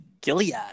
Gilead